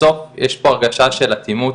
בסוף יש פה הרגשה של אטימות,